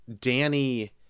Danny